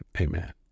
Amen